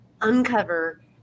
uncover